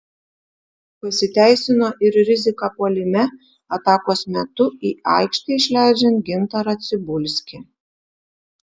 pasiteisino ir rizika puolime atakos metu į aikštę išleidžiant gintarą cibulskį